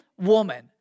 woman